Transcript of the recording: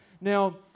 Now